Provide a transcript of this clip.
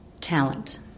talent